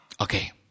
Okay